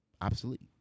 obsolete